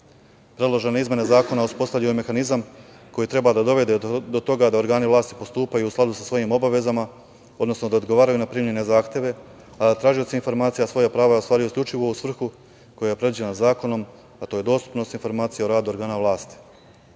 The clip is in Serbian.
izmene zakona uspostavljaju mehanizam koji treba da dovede do toga da organi vlasti postupaju u skladu sa svojim obavezama, odnosno da odgovaraju na primljene zahteve, tražioce informacija svoja prava ostvaruju isključivo u svrhu koja je predviđena zakonom, a to je dostupnost informacija o radu organa vlasti.